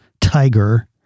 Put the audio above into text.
Tiger